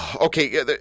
Okay